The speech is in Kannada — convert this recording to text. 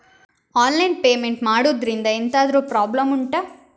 ಆನ್ಲೈನ್ ಪೇಮೆಂಟ್ ಮಾಡುದ್ರಿಂದ ಎಂತಾದ್ರೂ ಪ್ರಾಬ್ಲಮ್ ಉಂಟಾ